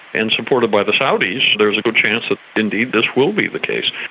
and supported by the saudis there's a good chance that indeed this will be the case.